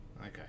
Okay